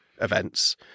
events